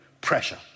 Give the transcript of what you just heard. Pressure